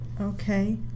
Okay